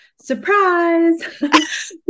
surprise